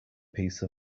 piece